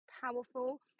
powerful